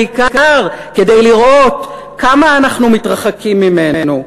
בעיקר כדי לראות כמה אנחנו מתרחקים ממנו.